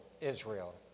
Israel